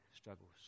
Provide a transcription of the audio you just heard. struggles